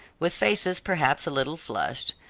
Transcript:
with faces perhaps a little flushed,